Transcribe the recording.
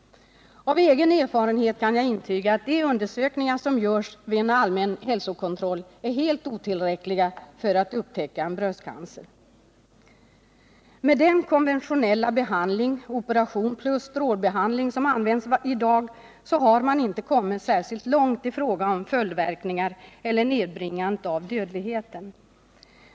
Av egen erfarenhet kan jag intyga att de undersökningar som görs vid en allmän hälsokontroll är helt otillräckliga för att upptäcka en bröstcancer. Med den konventionella behandling, operation plus strålbehandling, som används i dag har man inte kommit särskilt långt i fråga om följdverkningarna eller nedbringandet av dödligheten.